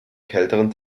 kälteren